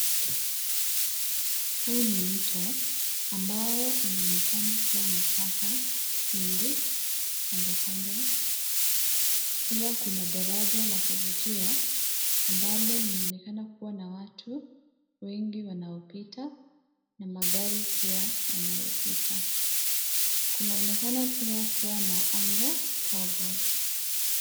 Huu ni mto ambao unaonekana kuwa na taka nyingi kandokando. Pia kuna daraja la kuvukia ambalo linaonekana kuwa na watu wengi wanaopita na magari pia yanayopita. Kunaonekana pia kuwa na anga kavu.